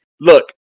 Look